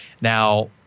Now